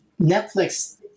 netflix